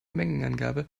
mengenangabe